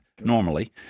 normally